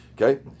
Okay